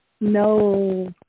No